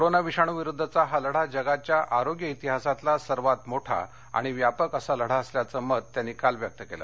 corona विषाणुविरुद्दचा हा लढा जगाच्या आरोग्य इतिहासातला सर्वात मोठा आणि व्यापक असा लढा असल्याचं मत त्यांनी काल व्यक्त केलं